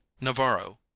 navarro